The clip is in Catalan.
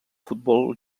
futbol